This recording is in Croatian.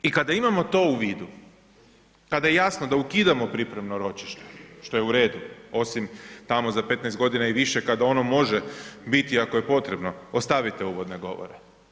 I kada imamo tu vidu, kada je jasno da ukidamo pripremno ročište, što je u redu osim tamo za 15 g. i više kad ono može biti ako je potrebno, ostavite uvodne govore.